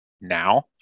now